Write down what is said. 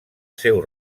seu